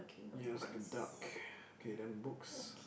ya it's like a duck okay then books